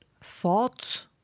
thought